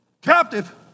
captive